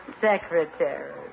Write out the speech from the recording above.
secretary